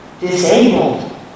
disabled